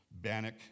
Bannock